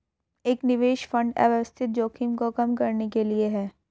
एक निवेश फंड अव्यवस्थित जोखिम को कम करने के लिए है